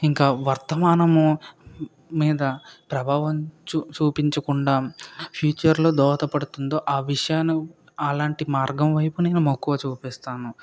ఇంకా వర్తమానం మీద ప్రభావం చూ చూపించకుండా ఫ్యూచరులో దోహదపడుతుందో అ విషయాన్ని అలాంటి మార్గంవైపు నేను మక్కువ చూపిస్తాను